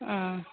हूँ